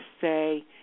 say